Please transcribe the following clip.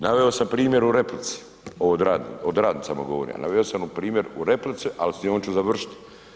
Naveo sam primjer u replici, o radnicama govorim, naveo sam primjer u replici, al s njom ću završtiti.